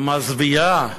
המזוויעה,